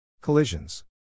Collisions